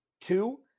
Two